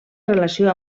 relació